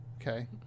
Okay